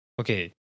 Okay